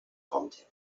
content